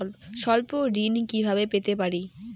স্বল্প ঋণ কিভাবে পেতে পারি?